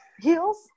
heels